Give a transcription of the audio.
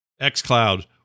xCloud